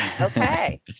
Okay